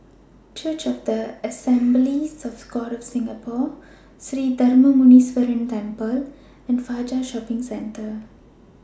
Church of The Assemblies of God of Singapore Sri Darma Muneeswaran Temple and Fajar Shopping Centre